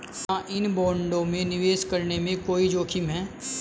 क्या इन बॉन्डों में निवेश करने में कोई जोखिम है?